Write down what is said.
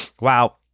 Wow